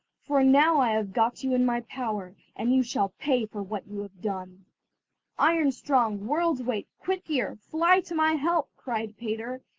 for now i have got you in my power, and you shall pay for what you have done iron-strong, world's-weight, quick-ear, fly to my help cried peter